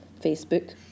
Facebook